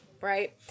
right